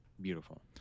Beautiful